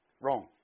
wrong